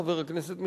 חבר הכנסת מיכאלי,